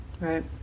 Right